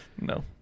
No